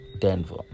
Denver